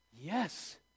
Yes